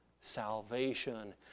salvation